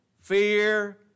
fear